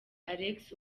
alex